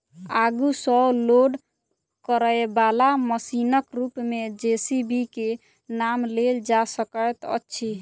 आगू सॅ लोड करयबाला मशीनक रूप मे जे.सी.बी के नाम लेल जा सकैत अछि